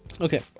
Okay